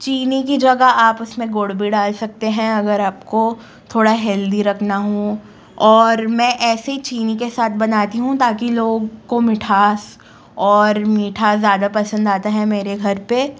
चीनी की जगह आप उस में गुड़ भी डाल सकते हैं अगर आपको थोड़ा हेल्दी रखना हो और मैं ऐसे चीनी के साथ बनाती हूँ ताकि लोग को मिठास और मीठा ज़्यादा पसंद आता है मेरे घर पर